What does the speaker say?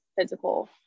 physical